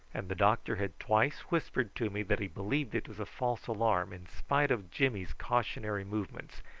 and the doctor had twice whispered to me that he believed it was a false alarm, in spite of jimmy's cautionary movements,